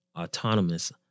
autonomous